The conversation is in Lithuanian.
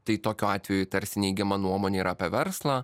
tai tokiu atveju tarsi neigiama nuomonė yra apie verslą